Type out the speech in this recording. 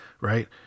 right